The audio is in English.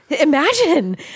imagine